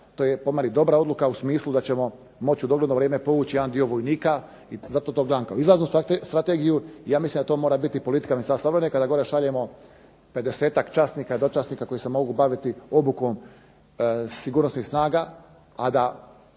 to je po meni dobra odluka u smislu da ćemo u dogledno vrijeme moći povući jedan dio vojnika. I zato to gledam kao izlaznu strategiju. I ja mislim da to mora biti politika Ministarstva obrane kada gore šaljemo 50-ak časnika i dočasnika koji se mogu baviti obukom sigurnosnih strana, a da